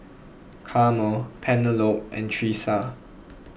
Carmel Penelope and Tresa